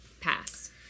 pass